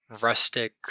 rustic